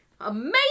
amazing